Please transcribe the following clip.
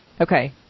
Okay